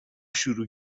شروع